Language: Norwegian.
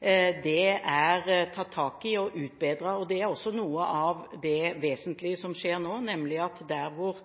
er det tatt tak i og utbedret. Det er også noe av det vesentlige som skjer nå, nemlig at der hvor